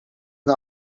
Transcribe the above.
een